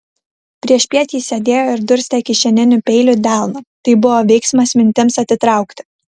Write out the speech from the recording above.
priešpiet jis sėdėjo ir durstė kišeniniu peiliu delną tai buvo veiksmas mintims atitraukti